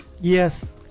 Yes